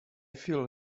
feel